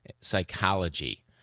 psychology